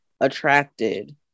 attracted